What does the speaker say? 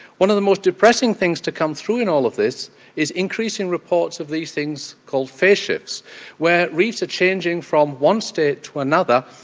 one of the most depressing things to come through and all of this is increasing reports of these things called face shifts where reefs are changing from one state to another,